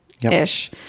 ish